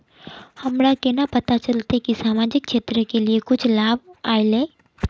हमरा केना पता चलते की सामाजिक क्षेत्र के लिए कुछ लाभ आयले?